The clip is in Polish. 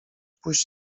pójść